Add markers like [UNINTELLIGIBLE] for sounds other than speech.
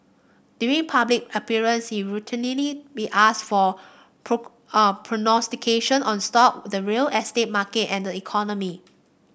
during public appearance he routinely be asked for [UNINTELLIGIBLE] [HESITATION] prognostication on stock the real estate market and the economy